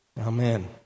Amen